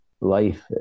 life